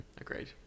Agreed